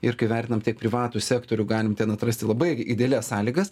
ir kai vertinam tiek privatų sektorių galim ten atrasti labai idealias sąlygas